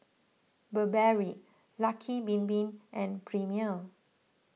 Burberry Lucky Bin Bin and Premier